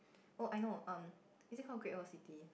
oh I know um is it called Great-World-City